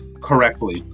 correctly